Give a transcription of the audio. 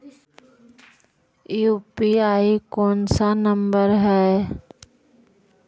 UPI कोन सा number हैं?